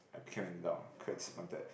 I became an adult quite disappointed